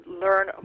learn